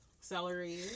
Celery